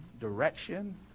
direction